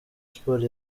sports